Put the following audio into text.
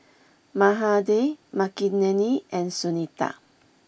Mahade Makineni and Sunita